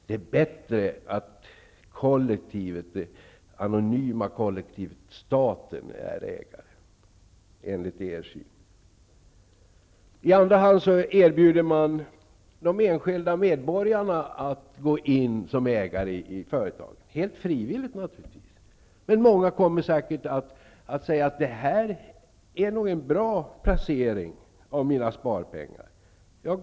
Det är bättre att det anonyma kollektivet, staten, är ägare. I andra hand skall de enskilda medborgarna erbjudas att gå in som ägare i företagen -- helt frivilligt naturligtvis. Men många kommer säkert att säga att det är en bra placering av deras sparpengar.